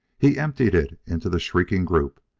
he emptied it into the shrieking group,